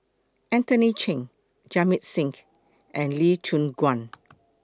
Anthony Chen Jamit Singh and Lee Choon Guan